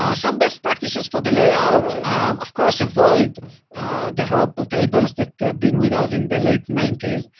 ah some best practices for the layout of course avoid the horrible tables that have been with us in the late ninety s.